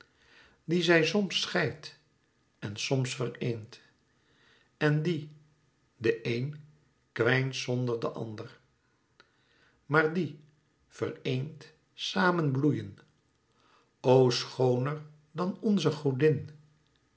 die zij soms scheidt en soms vereent en die de een kwijnt zonder den ander maar die vereend samen bloeien o schooner dan onze godin